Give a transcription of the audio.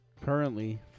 Currently